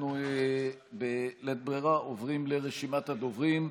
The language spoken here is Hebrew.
בלית ברירה, אנחנו עוברים לרשימת הדוברים.